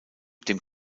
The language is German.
dem